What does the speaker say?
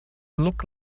look